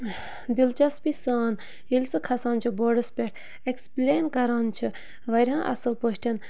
دِلچَسپی سان ییٚلہِ سُہ کھَسان چھِ بوڈَس پٮ۪ٹھ اٮ۪کٕسپٕلین کَران چھِ واریاہ اَصٕل پٲٹھۍ